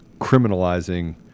criminalizing